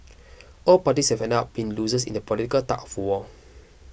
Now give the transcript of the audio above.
all parties have ended up being losers in the political tug of war